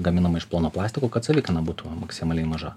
gaminama iš plono plastiko kad savikaina būtų maksimaliai maža